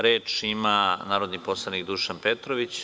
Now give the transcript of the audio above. Reč ima narodni poslanik Dušan Petrović.